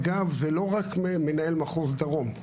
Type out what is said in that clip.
אגב, זה לא רק מנהל מחוז דרום,